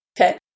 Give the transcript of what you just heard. Okay